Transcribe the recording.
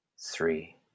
Three